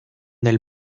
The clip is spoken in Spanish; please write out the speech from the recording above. del